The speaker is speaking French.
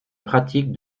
pratique